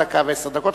דקה ועשר שניות.